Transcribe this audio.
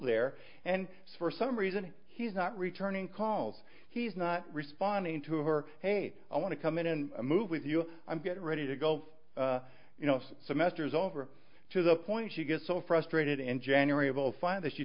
there and for some reason he's not returning calls he's not responding to her hey i want to come in and move with you i'm getting ready to go you know semester is over to the point she gets so frustrated in january of zero five that she